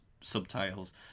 subtitles